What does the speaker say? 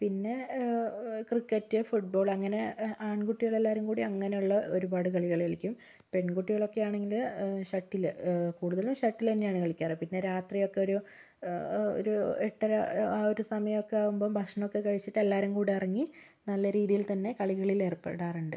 പിന്നെ cricket football അങ്ങനെ ആൺകുട്ടികൾ എല്ലാവരുംകൂടി അങ്ങനെയുള്ള ഒരുപാട് കളികൾ കളിക്കും പെൺകുട്ടികളൊക്കെ ആണെങ്കിൽ ഷട്ടിൽ കൂടുതലും ഷട്ടിൽ തന്നെയാണ് കളിക്കാറ് പിന്നെ രാത്രിയൊക്കെ ഒരു എട്ടര ആ ഒരു സമയമൊക്കെ ആകുമ്പോൾ ഭക്ഷണമൊക്കെ കഴിച്ചിട്ട് എല്ലാവരും കൂടി ഇറങ്ങി നല്ല രീതിയിൽ തന്നെ കളികളിൽ ഏർപ്പെടാറുണ്ട്